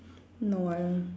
no I don't